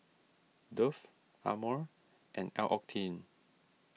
Dove Amore and L'Occitane